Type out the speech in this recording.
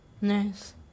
Nice